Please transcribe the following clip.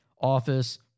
Office